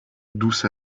douce